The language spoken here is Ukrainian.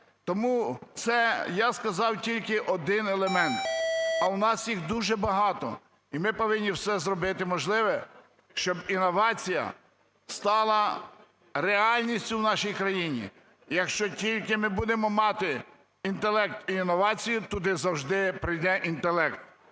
Тому це я сказав тільки один елемент, а у нас їх дуже багато. І ми повинні все зробити можливе, щоб інновація стала реальністю в нашій країні. Якщо тільки ми будемо мати інтелект і інновацію, туди завжди прийде інтелект.